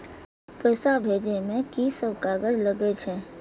पैसा भेजे में की सब कागज लगे छै?